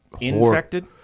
Infected